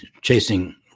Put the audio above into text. Chasing